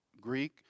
Greek